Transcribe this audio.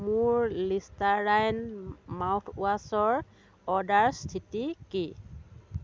মোৰ লিষ্টাৰাইন মাউথৱাছৰ অৰ্ডাৰ স্থিতি কি